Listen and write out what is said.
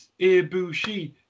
Ibushi